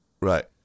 Right